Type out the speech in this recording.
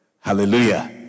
Hallelujah